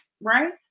right